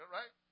right